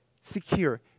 secure